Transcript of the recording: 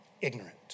ignorant